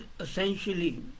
essentially